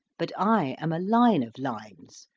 but i am a line of lines,